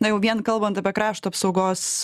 na jau vien kalbant apie krašto apsaugos